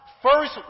First